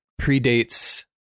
predates